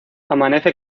amanece